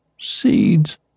Seeds